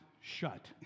shut